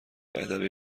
ادبی